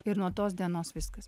ir nuo tos dienos viskas